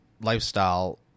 lifestyle